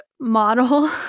model